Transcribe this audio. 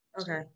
Okay